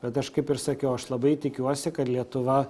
bet aš kaip ir sakiau aš labai tikiuosi kad lietuva